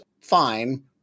fine